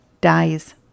dies